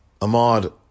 Ahmad